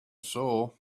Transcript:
saw